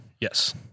Yes